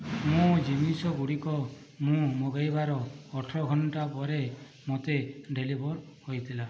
ମୋ' ଜିନିଷଗୁଡ଼ିକ ମୁଁ ମଗାଇବାର ଅଠର ଘଣ୍ଟା ପରେ ମୋତେ ଡେଲିଭର୍ ହୋଇଥିଲା